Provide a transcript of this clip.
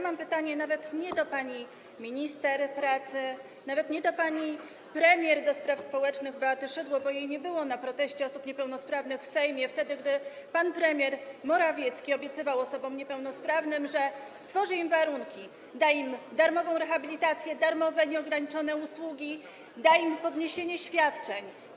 Mam pytanie nawet nie do pani minister pracy, nawet nie do pani premier do spraw społecznych Beaty Szydło, bo jej nie było w trakcie protestu osób niepełnosprawnych w Sejmie, wtedy gdy pan premier Morawiecki obiecywał osobom niepełnosprawnym, że stworzy im warunki, da im darmową rehabilitację, darmowe nieograniczone usługi, podniesie im świadczenia.